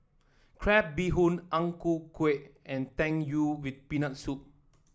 Crab Bee Hoon Ang Ku Kueh and Tang Yuen with Peanut Soup